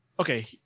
Okay